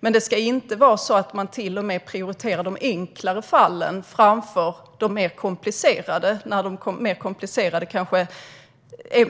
Men det ska inte vara så att man till och med prioriterar de enklare fallen framför de mer komplicerade